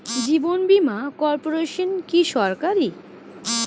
জীবন বীমা কর্পোরেশন কি সরকারি?